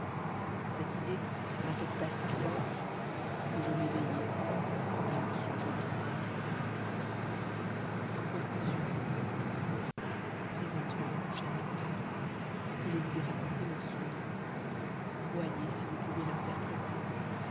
cette idée m'affecta si fort queje m'éveillai et mon ronge me quitta conclusion présentement mou cher lecteur que je vous ai raconté rnôn songe voyez ci vous pouvez l'interpréter